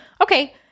Okay